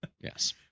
Yes